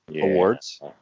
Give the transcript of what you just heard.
awards